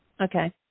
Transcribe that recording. Okay